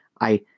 I